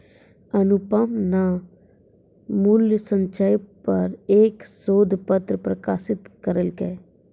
अनुपम न मूल्य संचय पर एक शोध पत्र प्रकाशित करलकय